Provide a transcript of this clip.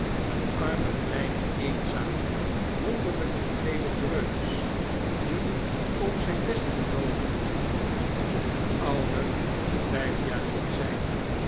een arme kleine eenzame wonderlp gekleede dreumes die op zyn best genomen niet ouder dan vijf jaar kon zp